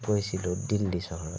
গৈছিলোঁ দিল্লী চহৰত